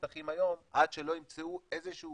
אבל זה גם לא אומר שהם נפתחים היום עד שלא ימצאו איזה שהוא